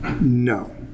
No